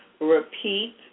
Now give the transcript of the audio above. Repeat